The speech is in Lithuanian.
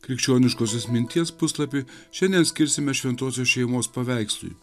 krikščioniškosios minties puslapį šiandien skirsime šventosios šeimos paveikslui